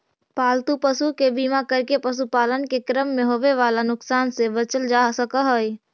पालतू पशु के बीमा करके पशुपालन के क्रम में होवे वाला नुकसान से बचल जा सकऽ हई